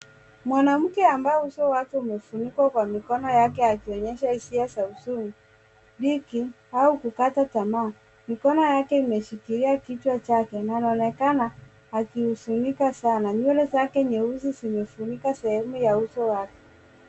Mwanamke ambaye uso wake umefunikwa kwa mikono yake akionyesha hisia za huzuni ,dhiki au kukata tamaa. Mikono yake imeshikilia kichwa chake na anaonekana akihuzunika sana. Nywele zake nyeusi zimefunika sehemu ya uso wake.